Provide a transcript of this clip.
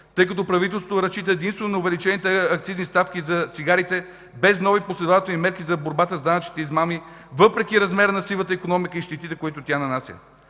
тъй като правителството разчита единствено на увеличените акцизни ставки за цигарите, без нови, последователни мерки за борба с данъчните измами, въпреки размера на сивата икономика и щетите, които тя нанася.